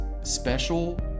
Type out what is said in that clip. special